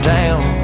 down